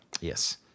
Yes